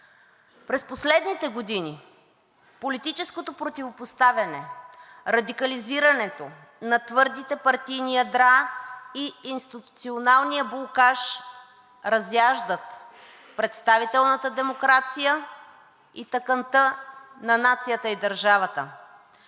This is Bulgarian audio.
През последните години политическото противопоставяне, радикализирането на твърдите партийни ядра и институционалният блокаж разяждат представителната демокрация и тъканта на нацията и държавата.